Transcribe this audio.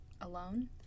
Alone